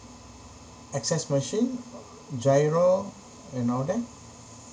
access machine GIRO and all that